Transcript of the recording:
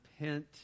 repent